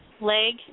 leg